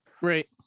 Right